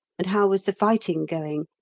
and how was the fighting going,